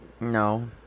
No